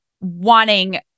wanting